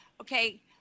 okay